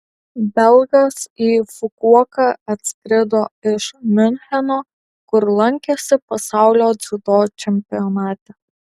belgas į fukuoką atskrido iš miuncheno kur lankėsi pasaulio dziudo čempionate